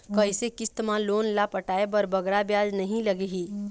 कइसे किस्त मा लोन ला पटाए बर बगरा ब्याज नहीं लगही?